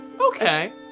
Okay